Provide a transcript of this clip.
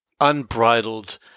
unbridled